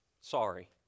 Sorry